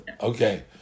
okay